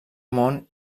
món